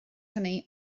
hynny